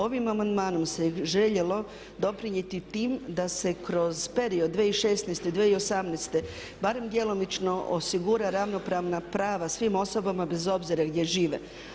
Ovim amandmanom se željelo doprinijeti tim da se kroz period 2016./2018. barem djelomično osigura ravnopravna prava svim osobama bez obzira gdje žive.